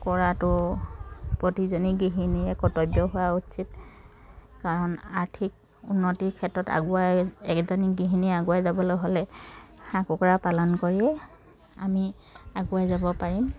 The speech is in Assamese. কৰাটো প্ৰতিজনী গৃহিনীৰে কৰ্তব্য হোৱা উচিত কাৰণ আৰ্থিক উন্নতিৰ ক্ষেত্ৰত আগুৱাই এজনী গৃহিণী আগুৱাই যাবলৈ হ'লে হাঁহ কুকুৰা পালন কৰিয়ে আমি আগুৱাই যাব পাৰিম